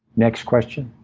next question,